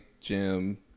Jim